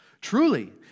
Truly